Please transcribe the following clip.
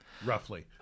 Roughly